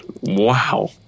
wow